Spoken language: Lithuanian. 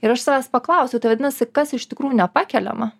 ir aš savęs paklausiu tai vadinasi kas iš tikrųjų nepakeliama